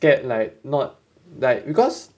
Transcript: scared like not like because